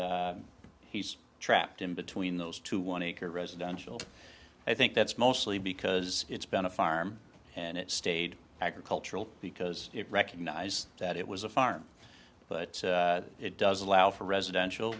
and he's trapped in between those two one acre residential i think that's mostly because it's been a farm and it stayed agricultural because it recognized that it was a farm but it does allow for residential